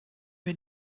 wir